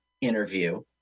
interview